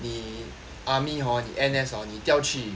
你 army hor 你 N_S hor 你调去